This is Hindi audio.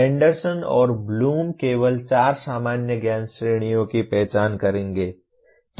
एंडरसन और ब्लूम केवल चार सामान्य ज्ञान श्रेणियों की पहचान करेंगे